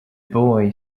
boy